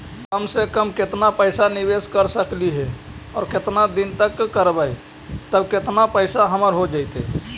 कम से कम केतना पैसा निबेस कर सकली हे और केतना दिन तक करबै तब केतना पैसा हमर हो जइतै?